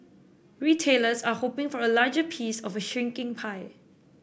retailers are hoping for a larger piece of a shrinking pie